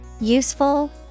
Useful